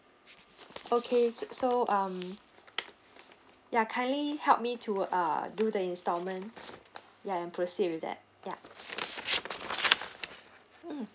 okay so so um ya kindly help me to uh do the instalment ya and proceed with that yup mm